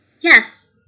yes